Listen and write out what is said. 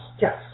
Yes